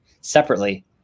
separately